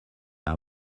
are